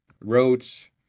roads